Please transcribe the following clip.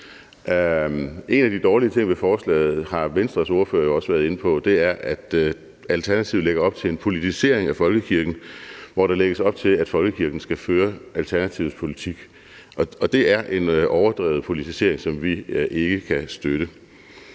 En af de dårlige ting ved forslaget har Venstres ordfører jo også været inde på, og det er, at Alternativet lægger op til en politisering af folkekirken, ved at der lægges op til, at folkekirken skal føre Alternativets politik. Og det er en overdrevet politisering, som vi ikke kan støtte.